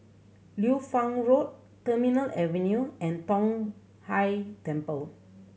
Liu Fang Road Terminal Avenue and Tong Whye Temple